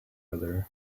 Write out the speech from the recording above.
other